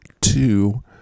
two